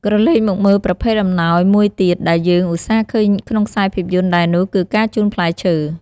ក្រឡេកមកមើលប្រភេទអំណោយមួយទៀតដែលយើង ឧស្សាហ៍ឃើញក្នុងខ្សែភាពយន្តដែរនោះ គឺការជូនផ្លែឈើ។